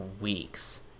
weeks